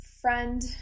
friend